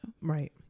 Right